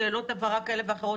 שאלות הבהרה כאלה ואחרות,